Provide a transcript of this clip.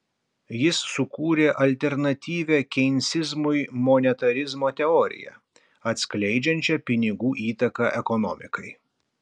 jis sukūrė alternatyvią keinsizmui monetarizmo teoriją atskleidžiančią pinigų įtaką ekonomikai